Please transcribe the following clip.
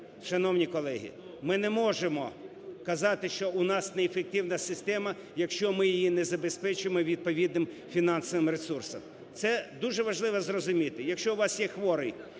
Шановні колеги, ми не можемо казати, що у нас неефективна система, якщо ми її не забезпечуємо відповідним фінансовим ресурсом. Це дуже важливо зрозуміти: якщо у вас є хворий